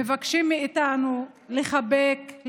מבקשים מאיתנו לחבק,